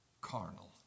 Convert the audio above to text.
carnal